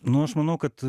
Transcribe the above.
nu aš manau kad